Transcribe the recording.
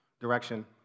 direction